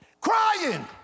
crying